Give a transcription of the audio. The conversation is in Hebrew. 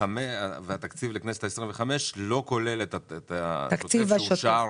והתקציב לכנסת ה-25 לא כולל את התקציב השוטף שאושר?